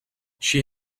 she